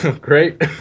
great